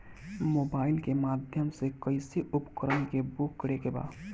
Mobile के माध्यम से कैसे उपकरण के बुक करेके बा?